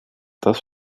das